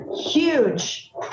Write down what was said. huge